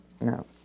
No